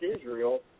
Israel